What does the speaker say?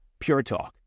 PureTalk